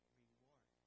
reward